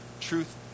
truth